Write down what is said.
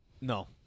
no